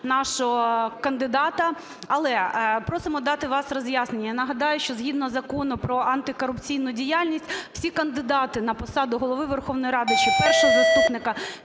нашого кандидата. Але просимо дати вас роз'яснення. Я нагадаю, що згідно Закону про антикорупційну діяльність всі кандидати на посаду Голови Верховної Ради чи Першого заступника,